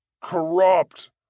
corrupt